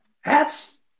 hats